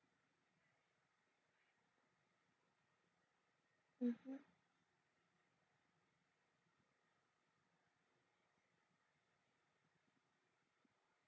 mmhmm